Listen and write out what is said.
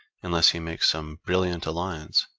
unless he makes some brilliant alliance.